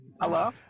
Hello